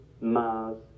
Mars